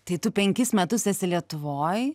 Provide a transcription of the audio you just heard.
tai tu penkis metus esi lietuvoj